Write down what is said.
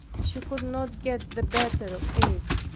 she could not get the better of it.